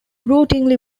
routinely